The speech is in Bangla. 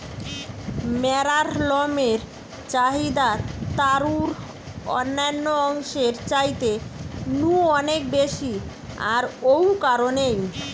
ম্যাড়ার লমের চাহিদা তারুর অন্যান্য অংশের চাইতে নু অনেক বেশি আর ঔ কারণেই